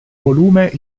volume